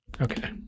Okay